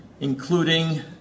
including